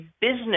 business